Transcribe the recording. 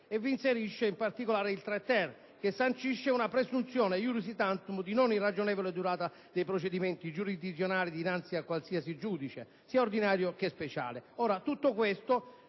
particolare, un articolo 3-*ter* che sancisce una presunzione *iuris tantum* di non irragionevole durata dei procedimenti giurisdizionali dinanzi a qualsiasi giudice, sia ordinario che speciale.